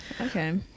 Okay